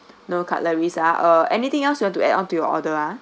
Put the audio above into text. no cutleries ah uh anything else you want to add on to your order ah